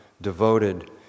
devoted